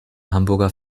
hamburger